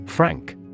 Frank